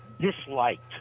disliked